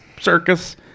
Circus